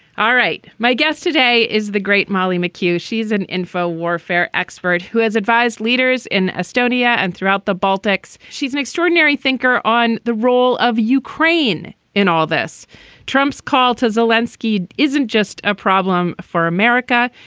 all right. my guest today is the great molly mchugh. she's an info warfare expert who has advised leaders in estonia and throughout the baltics. she's an extraordinary thinker on the role of ukraine in all this trump's call to zalewski isn't just a problem for america.